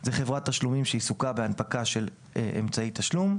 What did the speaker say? חברת תשלומים שעיסוקה בהנפקה של אמצעי תשלום;